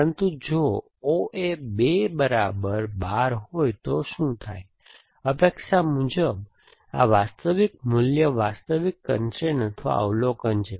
પરંતુ જો OA 2 બરાબર 12 હોય તો શું થાય અપેક્ષા મુજબ આ વાસ્તવિક મૂલ્ય વાસ્તવિક કન્સ્ટ્રેઇન અથવા અવલોકન છે